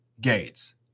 Gates